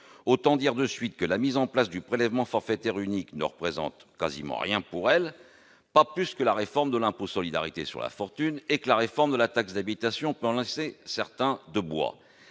Autant dire que la mise en place du prélèvement forfaitaire unique ne représente quasiment rien pour elles, pas plus que la réforme de l'impôt de solidarité sur la fortune, et la réforme de la taxe d'habitation peut en laisser certains de bois